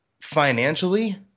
financially